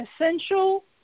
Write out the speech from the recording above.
essential